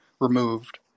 removed